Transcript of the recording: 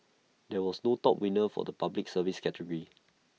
there was no top winner for the Public Service category